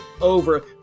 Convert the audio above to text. over